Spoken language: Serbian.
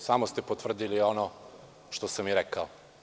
Samo ste potvrdili ono što sam i rekao.